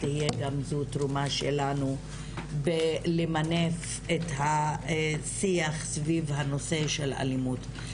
תהיה גם זו תרומה שלנו בלמנף את השיח סביב הנושא של אלימות.